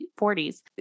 40s